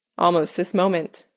almost this moment.